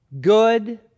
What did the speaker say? good